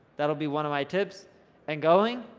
that'll be one of my tips and going